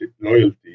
loyalty